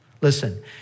listen